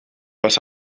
was